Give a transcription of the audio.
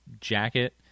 jacket